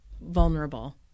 vulnerable